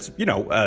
you know,